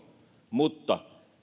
mutta